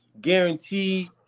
guarantee